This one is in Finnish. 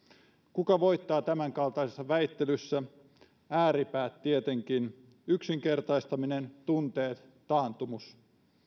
kuka voittaa tämänkaltaisessa väittelyssä ääripäät tietenkin yksinkertaistaminen tunteet taantumus